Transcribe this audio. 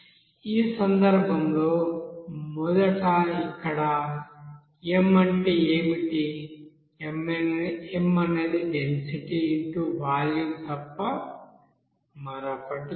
ఈ సందర్భంలో మొదట ఇక్కడ m అంటే ఏమిటి m అనేది డెన్సిటీ x వాల్యూమ్ తప్ప మరొకటి కాదు